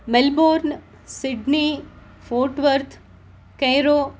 Melbourne Sydney Fort Worth Cairo